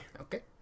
Okay